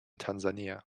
tanzania